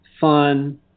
fun